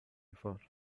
thought